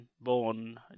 born